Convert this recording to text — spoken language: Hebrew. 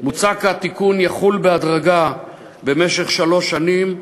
מוצע כי התיקון יחול בהדרגה במשך שלוש שנים,